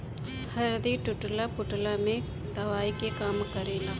हरदी टूटला फुटला में दवाई के काम करेला